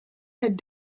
had